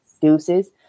deuces